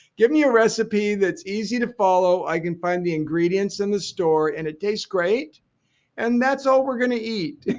give me a recipe that's easy to follow. i can find the ingredients in the store and it tastes great and that's all we're going to eat